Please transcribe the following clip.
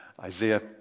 Isaiah